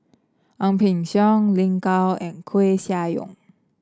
Ang Peng Siong Lin Gao and Koeh Sia Yong